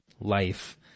life